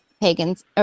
pagans